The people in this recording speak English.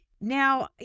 Now